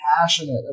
passionate